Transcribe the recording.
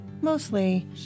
Mostly